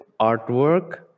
artwork